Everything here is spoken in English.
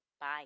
Bye